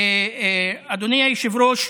אדוני היושב-ראש,